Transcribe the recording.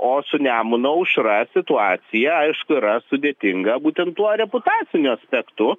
o su nemuno aušra situacija aišku yra sudėtinga būtent tuo reputaciniu aspektu